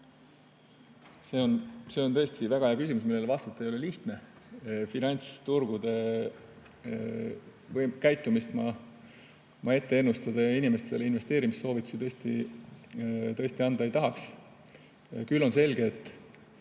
See on tõesti väga hea küsimus, millele vastata ei ole lihtne. Finantsturgude käitumist ennustada ja inimestele investeerimissoovitusi anda ma tõesti ei tahaks. Küll aga on selge, et